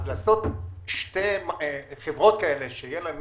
אז לעשות שתי חברות שתהיה להן